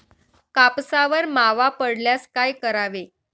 कापसावर मावा पडल्यास काय करावे?